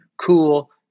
cool